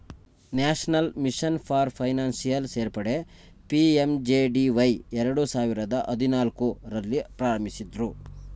national mission for financial ಸೇರ್ಪಡೆ PMJDY ಎರಡು ಸಾವಿರದ ಹದಿನಾಲ್ಕು ರಲ್ಲಿ ಪ್ರಾರಂಭಿಸಿದ್ದ್ರು